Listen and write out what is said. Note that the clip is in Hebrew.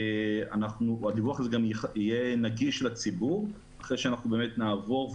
הדיווח הזה יהיה גם נגיש לציבור אחרי שנעבור,